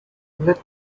let